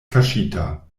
kaŝita